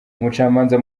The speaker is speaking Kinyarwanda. umucamanza